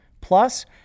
Plus